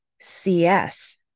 CS